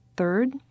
Third